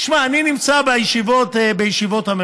תשמע, אני נמצא בישיבות הממשלה,